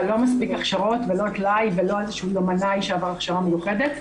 אבל לא מספיק הכשרות ולא איזשהו יומנאי שעבר הכשרה מיוחדת.